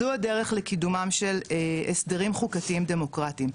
זו הדרך לקידומם של הסדרים חוקתיים דמוקרטיים.